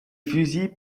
fusille